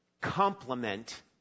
complement